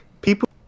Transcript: people